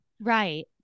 right